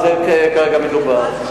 על זה כרגע מדובר.